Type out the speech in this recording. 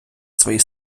своїй